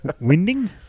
winding